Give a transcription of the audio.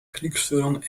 kriegsführung